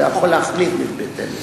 הוא לא יכול להחליט בהתאם להן.